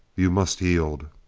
you must yield!